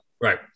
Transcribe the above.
Right